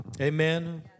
Amen